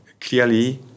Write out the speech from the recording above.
clearly